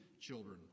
children